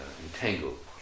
Entangled